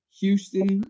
Houston